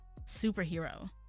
superhero